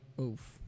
Oof